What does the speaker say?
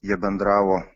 jie bendravo